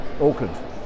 Auckland